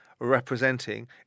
representing